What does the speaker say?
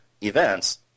events